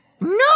No